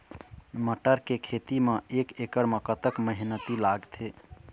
मटर के खेती म एक एकड़ म कतक मेहनती लागथे?